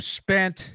spent